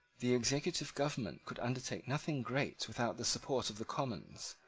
the executive government could undertake nothing great without the support of the commons,